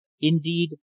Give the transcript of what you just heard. indeed